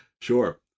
Sure